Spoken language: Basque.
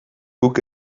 guk